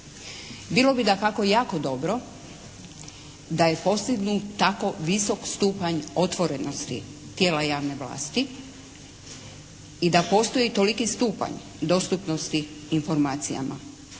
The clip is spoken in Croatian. Bilo bi dakako jako dobro da je postignut tako visok stupanj otvorenosti tijela javne vlasti i da postoji toliki stupanj dostupnosti informacijama